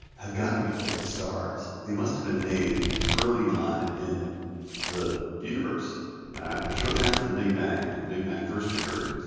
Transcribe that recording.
have got to be old stars. they must have been made early on in the universe shortly after the big bang. when the big bang first occurred,